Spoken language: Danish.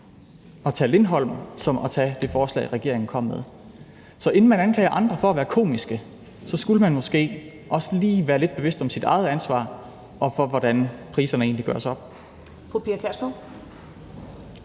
at tage Lindholm som at tage det forslag, regeringen kom med. Så inden man anklager andre for at være komiske, skulle man måske også lige være lidt bevidst om sit eget ansvar og om, hvordan priserne egentlig gøres op.